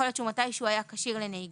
יכול להיות שמתי שהוא הוא היה כשיר לנהיגה,